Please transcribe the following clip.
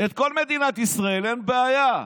את כל מדינת ישראל, אין בעיה.